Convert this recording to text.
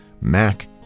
Mac